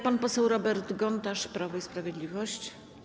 Pan poseł Robert Gontarz, Prawo i Sprawiedliwość.